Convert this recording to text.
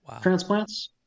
transplants